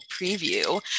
preview